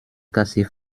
kasse